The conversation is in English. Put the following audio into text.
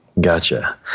Gotcha